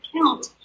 account